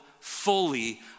fully